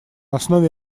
основе